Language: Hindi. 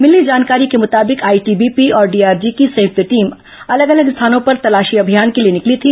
मिली जानकारी के मुताबिक आईटीबीपी और डीआरजी की संयुक्त टीम अलग अलग स्थानों पर तलाशी अभियान के लिए निकली थी